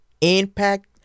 Impact